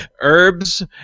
herbs